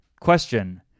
question